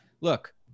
look